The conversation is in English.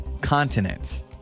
continent